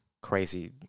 crazy